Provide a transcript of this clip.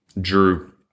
Drew